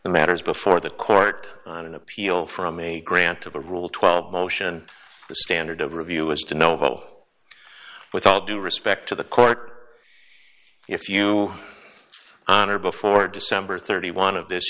matters before the court on an appeal from a grant to rule twelve motion the standard of review is to know with all due respect to the court if you honor before december thirty one of this